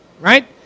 Right